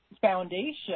foundation